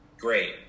great